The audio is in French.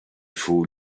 faut